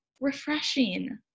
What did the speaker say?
refreshing